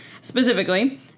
specifically